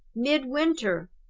midwinter!